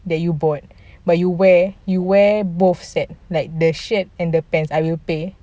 that you bored but you wear you wear both set like the shirt and the pants I will pay